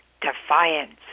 defiance